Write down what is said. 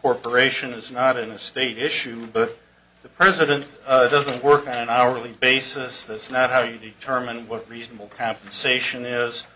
corporation is not in a state issue but the president doesn't work on an hourly basis that's not how you determine what reasonable compensation is